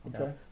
Okay